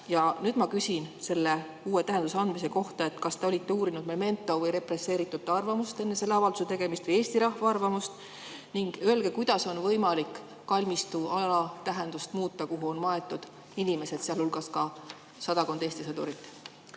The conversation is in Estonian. nüüd ma küsin selle uue tähenduse andmise kohta, kas te olete uurinud Memento või represseeritute arvamust enne selle avalduse tegemist või Eesti rahva arvamust. Öelge, kuidas on võimalik kalmistuala tähendust muuta, kui sinna on maetud inimesed, sealhulgas sadakond Eesti sõdurit.